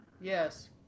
Yes